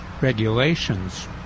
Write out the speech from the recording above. regulations